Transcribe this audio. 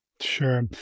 Sure